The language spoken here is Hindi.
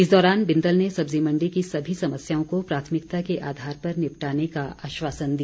इस दौरान बिंदल ने सब्जी मण्डी की सभी समस्याओं को प्राथमिकता के आधार पर निपटाने का आश्वासन दिया